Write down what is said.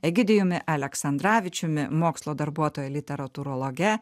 egidijumi aleksandravičiumi mokslo darbuotoja literatūrologe